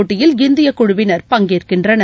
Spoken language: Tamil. போட்டியில் இந்திய குழுவினர் பங்கேற்கின்றனர்